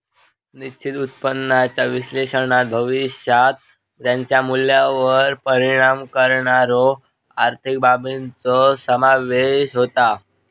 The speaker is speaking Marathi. निश्चित उत्पन्नाच्या विश्लेषणात भविष्यात त्याच्या मूल्यावर परिणाम करणाऱ्यो आर्थिक बाबींचो समावेश होता